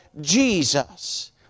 Jesus